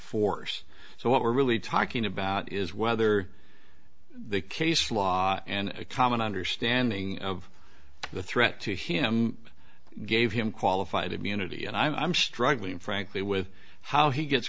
force so what we're really talking about is whether the case law and a common understanding of the threat to him gave him qualified immunity and i'm struggling frankly with how he gets